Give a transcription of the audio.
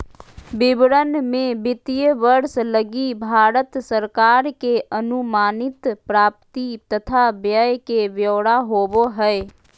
विवरण मे वित्तीय वर्ष लगी भारत सरकार के अनुमानित प्राप्ति तथा व्यय के ब्यौरा होवो हय